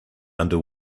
under